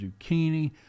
zucchini